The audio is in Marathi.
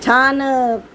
छान